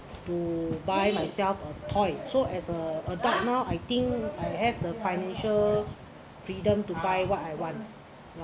to buy myself a toy so as a adult now I think I have the financial freedom to buy what I want